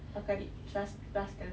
pakai plas~ plaster